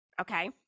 okay